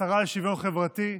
לשרה לשוויון חברתי,